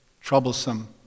troublesome